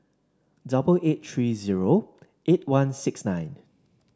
double eight three zero eight one six nine